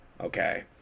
okay